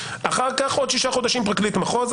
אחר כך עוד שישה חודשים פרקליט מחוז,